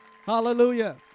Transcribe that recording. Hallelujah